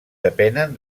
depenen